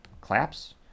claps